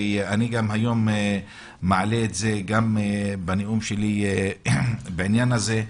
והיום אני מעלה את זה גם בנאום שלי בעניין הזה.